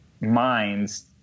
minds